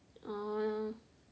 orh